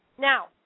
Now